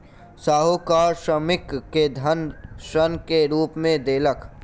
साहूकार श्रमिक के धन ऋण के रूप में देलक